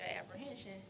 apprehension